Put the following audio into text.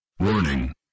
Warning